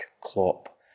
Klopp